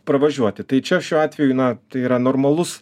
pravažiuoti tai čia šiuo atveju na tai yra normalus